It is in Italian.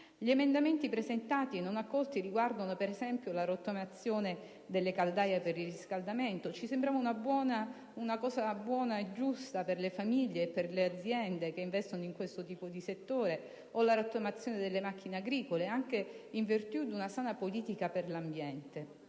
Gli emendamenti presentati e non accolti riguardano per esempio la rottamazione delle caldaie per il riscaldamento: ci sembrava una cosa buona e giusta per le famiglie e per le aziende che investono in questo tipo di settore; o la rottamazione delle macchine agricole, anche in virtù di una sana politica per l'ambiente